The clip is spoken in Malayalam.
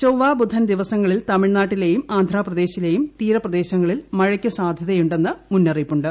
ചൊവ്വ ബുധൻ ദിവസങ്ങളിൽ തമിഴ് നാട്ടിലെയും ആന്ധ്രാപ്ര ദേശിലെയും തീരപ്രദേശങ്ങളിൽ മഴയ്ക്ക് സാധ്യതയുണ്ടെന്ന് മുന്നറി യിപ്പുണ്ട്